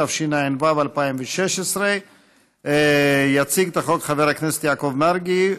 התשע"ו 2016. יציג את החוק חבר הכנסת יעקב מרגי,